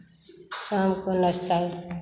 शाम को नाश्ता